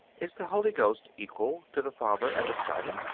is the holy ghost equal to the father and the son?